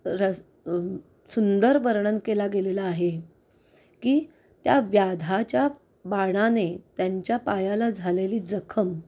रस सुंदर वर्णन केला गेलेला आहे की त्या व्याधाच्या बाणाने त्यांच्या पायाला झालेली जखम